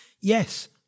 Yes